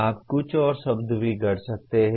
आप कुछ और शब्द भी गढ़ सकते हैं